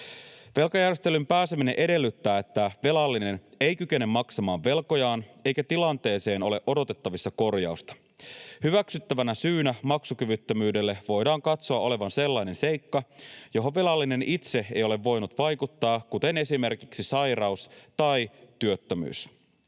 Velkajärjestelyyn pääseminen edellyttää, että velallinen ei kykene maksamaan velkojaan eikä tilanteeseen ole odotettavissa korjausta. Hyväksyttävänä syynä maksukyvyttömyydelle voidaan katsoa olevan sellainen seikka, johon velallinen itse ei ole voinut vaikuttaa, kuten esimerkiksi sairaus tai työttömyys.